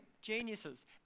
geniuses